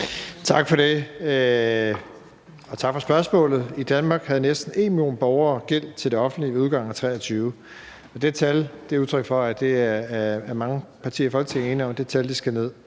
Tak for det. Og tak for spørgsmålet. I Danmark havde næsten en million borgere gæld til det offentlige ved udgangen af 2023, og mange partier i Folketinget er enige om, at det tal skal ned.